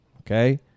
okay